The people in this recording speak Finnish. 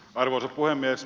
arvoisa puhemies